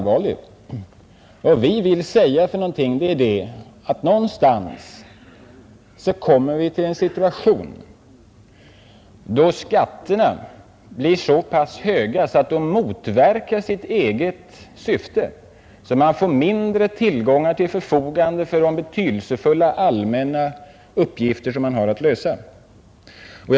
Vad vi vill säga är att någonstans kommer vi till en situation då skatterna blir så pass höga att de motverkar sitt eget syfte, så att man får mindre tillgångar till förfogande för de betydelsefulla allmänna uppgifter som man har att lösa. Denna fråga är djupt allvarlig.